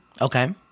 Okay